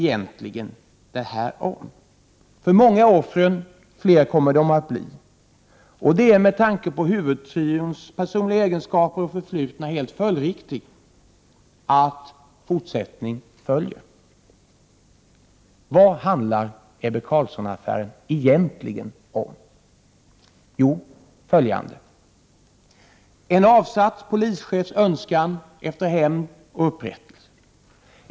Många är offren, fler kommer de att bli. Och det är med tanke på huvudtrions personliga egenskaper och förflutna helt följdriktigt att fortsättning följer. Vad handlar Ebbe Carlsson-affären egentligen om? Jo, följande: En avsatt polischefs önskan efter hämnd och upprättelse.